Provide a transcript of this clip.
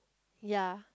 ya